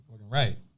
right